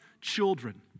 children